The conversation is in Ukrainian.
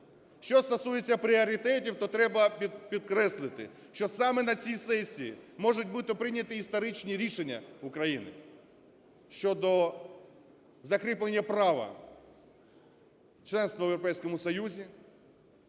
Що стосується пріоритетів, то треба підкреслити, що саме на цій сесії можуть бути прийняті історичні рішення України щодо закріплення права членства в Європейському Союзі,